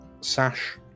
sash